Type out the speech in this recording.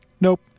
Nope